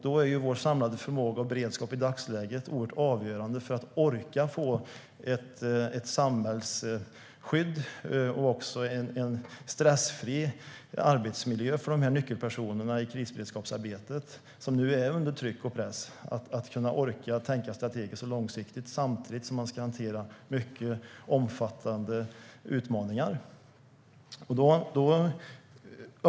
Då är vår samlade förmåga och beredskap i dagsläget avgörande för att man ska orka få ett samhällsskydd och en stressfri arbetsmiljö för nyckelpersonerna i krisberedskapsarbetet som nu är under tryck och press. Man ska kunna orka tänka strategiskt och långsiktigt samtidigt som man ska hantera mycket omfattande utmaningar.